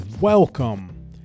welcome